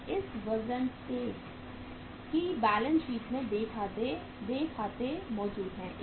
तो इस वजह से कि बैलेंस शीट में देय खाते मौजूद हैं